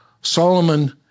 Solomon